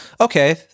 okay